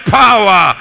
power